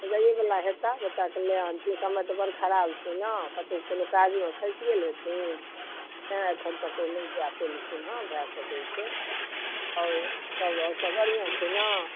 जाइये वाला होयता बच्चाके ले आनथिन समय तऽ बड़ खराब छै ने कतहुँ कोनो काजमे फँसि गेल होयथिन तैँ एखन तक ओ नहि जा पयलखिन हँ भए सकैत छै आओर कहु आओर सब बढ़िआँ छै ने